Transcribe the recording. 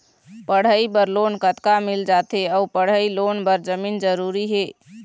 पढ़ई बर लोन कतका मिल जाथे अऊ पढ़ई लोन बर जमीन जरूरी हे?